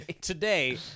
today